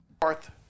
Fourth